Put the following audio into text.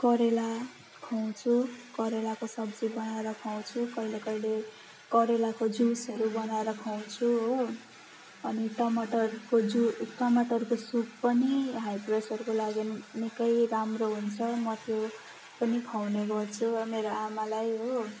करेला खुवाउँछु करेलाको सब्जी बनाएर खुवाउँछु कहिले कहिले करेलाको जुसहरू बनाएर खुवाउँछु हो अनि टमाटरको जु टमाटरको सुप पनि हाई प्रेसरको लागि निकै राम्रो हुन्छ म त्यो पनि खुवाउने गर्छु मेरो आमालाई हो